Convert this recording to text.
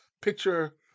picture